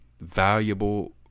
valuable